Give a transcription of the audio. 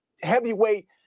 heavyweight